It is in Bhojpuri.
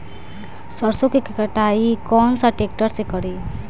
सरसों के कटाई कौन सा ट्रैक्टर से करी?